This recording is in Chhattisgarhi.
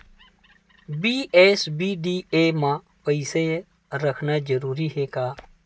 बी.एस.बी.डी.ए मा पईसा रखना जरूरी हे का?